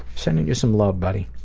sending you some love buddy.